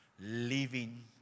living